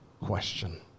question